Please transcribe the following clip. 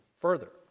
Further